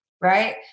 right